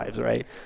right